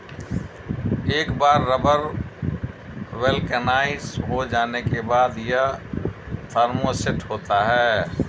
एक बार rubber vulcanised हो जाने के बाद, यह थर्मोसेट होता है